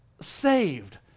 saved